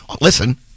Listen